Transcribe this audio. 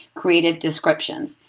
creative descriptions.